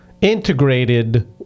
integrated